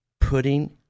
putting